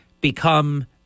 Become